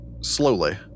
slowly